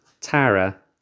Tara